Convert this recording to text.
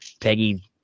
Peggy